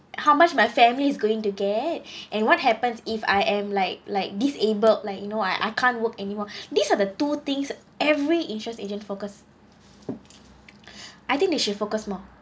how much my family's going to get and what happens if I am like like disabled like you know I I can't work anymore these are the two things every insurance agent focus I think they should focus more